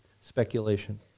speculation